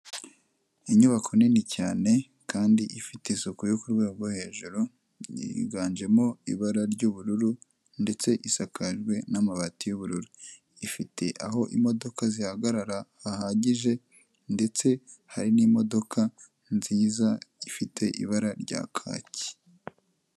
Inyubako nini cyane kandi ifite isuku yo ku rwego rwo hejuru, yiganjemo ibara ry'ubururu ndetse isakajwe n'amabati y'ubururu. Ifite aho imodoka zihagarara hahagije ndetse hari n'imodoka nziza ifite ibara rya kaki.